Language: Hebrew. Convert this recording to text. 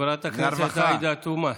חברת הכנסת עאידה תומא,